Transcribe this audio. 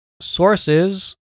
sources